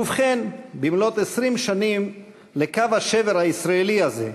ובכן, במלאות 20 שנים לקו השבר הישראלי הזה,